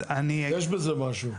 יש בזה משהו.